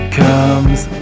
comes